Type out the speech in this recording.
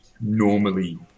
normally